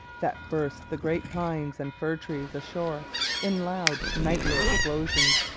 that burst the great pines and fir trees ashore in loud nightly explosions,